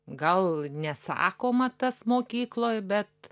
gal nesakoma tas mokykloj bet